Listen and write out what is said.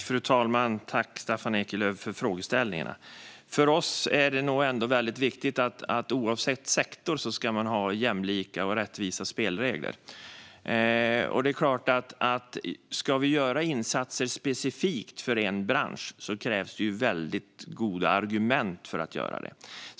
Fru talman! Tack, Staffan Eklöf, för frågorna! För oss är det nog ändå väldigt viktigt att ha jämlika och rättvisa spelregler, oavsett sektor. Ska vi göra insatser specifikt för en bransch krävs det väldigt goda argument för detta.